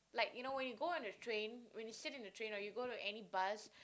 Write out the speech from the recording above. like you know when you go on the train when you sit in the train or you go to any bus